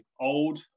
old